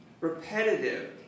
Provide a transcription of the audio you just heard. repetitive